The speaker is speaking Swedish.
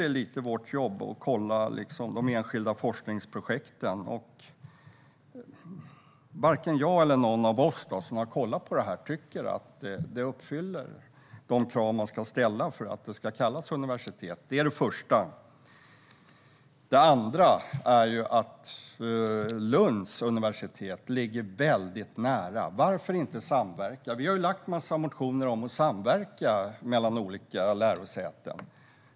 Det är lite av vårt jobb att kolla de enskilda forskningsprojekten, och jag tycker inte att den uppfyller de krav som kan ställas för att kallas universitet. Det är det första. Det andra är att Lunds universitet ligger väldigt nära Malmö högskola. Varför inte samverka? Vi har väckt en massa motioner om samverkan mellan olika lärosäten.